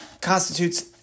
constitutes